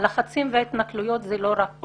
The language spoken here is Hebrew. הלחצים וההתנכלויות הם לא רק מצד ראש המועצה.